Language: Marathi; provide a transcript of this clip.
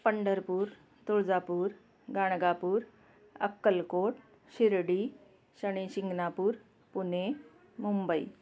पंढरपूर तुळजापूर गाणगापूर अक्कलकोट शिर्डी शनीशिंगणापूर पुणे मुंबई